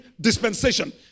dispensation